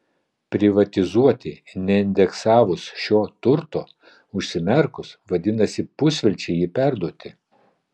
privatizuoti neindeksavus šio turto užsimerkus vadinasi pusvelčiui jį perduoti